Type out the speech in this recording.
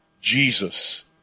Jesus